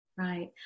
Right